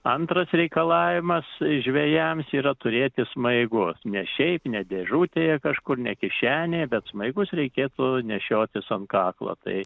antras reikalavimas žvejams yra turėti smaigus ne šiaip ne dėžutėje kažkur ne kišenėje bet smaigus reikėtų nešiotis ant kaklo tai